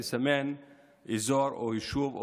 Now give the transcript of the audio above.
לסמן אזור או יישוב,